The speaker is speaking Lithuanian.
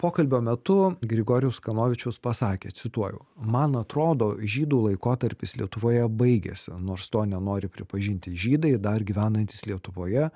pokalbio metu grigorijus kanovičius pasakė cituoju man atrodo žydų laikotarpis lietuvoje baigėsi nors to nenori pripažinti žydai dar gyvenantys lietuvoje